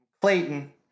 Clayton